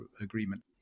agreement